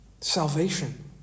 salvation